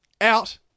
out